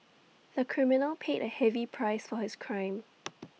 the criminal paid A heavy price for his crime